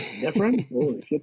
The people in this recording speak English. different